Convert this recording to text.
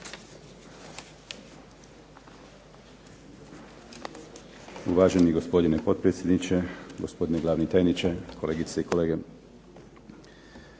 Uvaženi gospodine potpredsjedniče, gospodine glavni tajniče, kolegice i kolege.